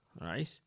right